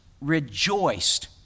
rejoiced